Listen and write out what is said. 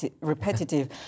repetitive